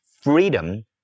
Freedom